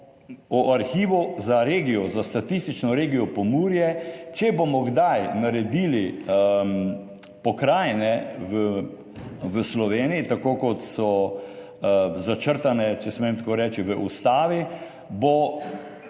o arhivu za regijo, za statistično regijo Pomurje, če bomo kdaj naredili pokrajine v Sloveniji, tako kot so začrtane, če smem tako reči, v ustavi, bo